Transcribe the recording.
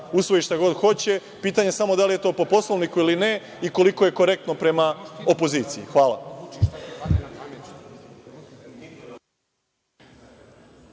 usvoji šta god hoće. Pitanje je samo da li je to po Poslovniku ili ne, i koliko je korektno prema opoziciji. Hvala.